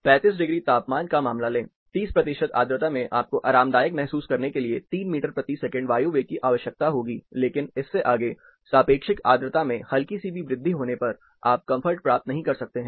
35 degree तापमान का मामला लें 30 प्रतिशत आर्द्रता में आपको आरामदायक महसूस करने के लिए 3 मीटर प्रति सेकंड वायु वेग की आवश्यकता होगी लेकिन इससे आगे सापेक्षिक आर्द्रता में हल्की सी भी वृद्धि होने पर आप कंफर्ट प्राप्त नहीं कर सकते है